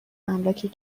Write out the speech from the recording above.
املاک